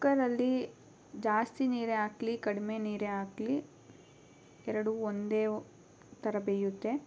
ಕುಕ್ಕರಲ್ಲಿ ಜಾಸ್ತಿ ನೀರೇ ಹಾಕಲಿ ಕಡಿಮೆ ನೀರೇ ಹಾಕಲಿ ಎರಡೂ ಒಂದೇ ಥರ ಬೇಯುತ್ತೆ